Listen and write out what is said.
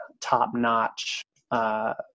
top-notch